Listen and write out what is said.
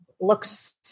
looks